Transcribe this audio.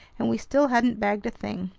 and we still hadn't bagged a thing.